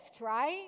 right